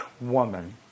woman